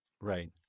Right